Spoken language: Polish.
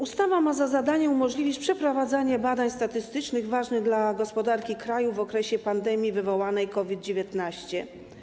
Ustawa ma za zadanie umożliwić przeprowadzanie badań statystycznych ważnych dla gospodarki kraju w okresie pandemii wywołanej COVID-19.